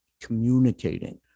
communicating